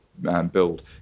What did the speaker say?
build